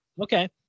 Okay